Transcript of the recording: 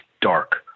dark